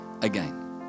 again